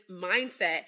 mindset